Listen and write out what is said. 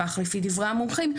כך לפי דברי המומחים,